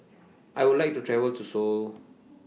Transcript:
I Would like to travel to Seoul